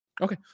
okay